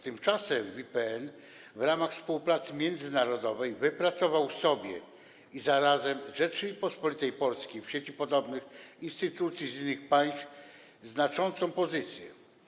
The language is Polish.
Tymczasem IPN w ramach współpracy międzynarodowej wypracował sobie i zarazem Rzeczypospolitej Polskiej w sieci podobnych instytucji z innych państw znaczącą pozycję.